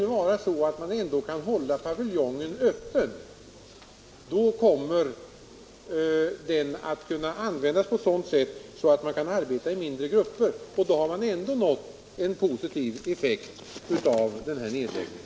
Om man ändå skulle kunna hålla paviljongen öppen kan man där arbeta i mindre grupper, och då har man ändå fålt en positiv effekt av nedläggningen.